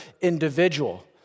individual